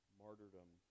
martyrdom